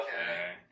Okay